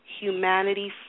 humanity